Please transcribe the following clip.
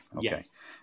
Yes